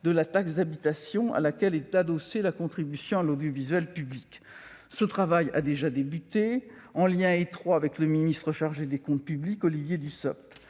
de la taxe d'habitation, à laquelle est adossée la contribution à l'audiovisuel public. Ce travail a déjà débuté, en lien étroit avec le ministre chargé des comptes publics, Olivier Dussopt.